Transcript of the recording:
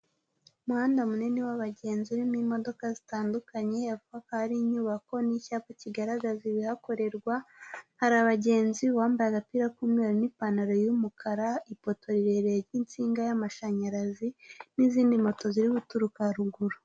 Umuhanda munini w'abagenzi urimo imodoka zitandukanye, hepfo hakaba hari inyubako n'icyapa kigaragaza ibihakorerwa, hari abagenzi uwamabaye agapira k'umweru n'ipantaro y'umukara, ipoto rirerire ry'insinga y'amashanyarazi, n'izindi moto ziri guturuka haruguru.